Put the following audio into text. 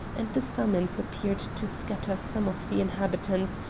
and the summons appeared to scatter some of the inhabitants,